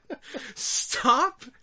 Stop